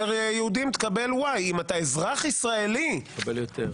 יהודים תקבל Y. אם אתה אזרח ישראלי --- תקבל יותר.